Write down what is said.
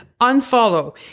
unfollow